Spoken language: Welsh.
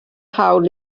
hawl